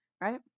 right